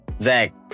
Zach